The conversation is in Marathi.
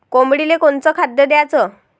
कोंबडीले कोनच खाद्य द्याच?